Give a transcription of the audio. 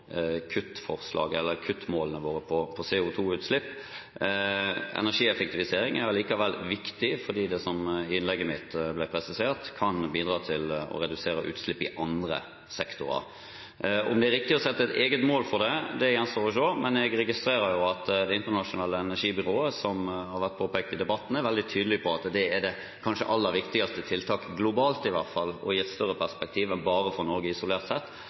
kuttmålene våre for CO 2 -utslipp? Energieffektivisering er allikevel viktig, fordi det – som jeg presiserte i innlegget mitt – kan bidra til å redusere utslipp i andre sektorer. Om det er riktig å sette et eget mål for det, gjenstår å se. Men jeg registrerer at Det internasjonale energibyrået er, som påpekt i debatten, veldig tydelig på at kanskje det aller viktigste tiltaket – i hvert fall globalt og i et større perspektiv enn bare i Norge, isolert sett